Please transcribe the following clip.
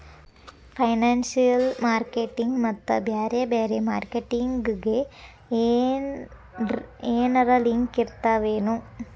Financial marketing ಮತ್ತ ಬ್ಯಾರೆ ಬ್ಯಾರೆ ಮಾರ್ಕೆಟಿಂಗ್ ಗೆ ಏನರಲಿಂಕಿರ್ತಾವೆನು?